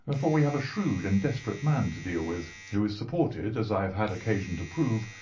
and for we have a shrewd and desperate man to deal with, who is supported, as i have had occasion to prove,